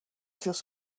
just